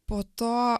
po to